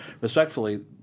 respectfully